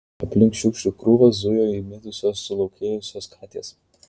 aplink šiukšlių krūvą zujo įmitusios sulaukėjusios katės